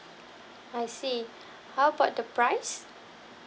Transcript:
I see how about the price